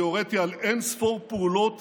אני הוריתי על אין ספור פעולות